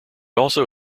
also